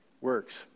works